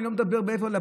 אני לא מדבר על הבושה,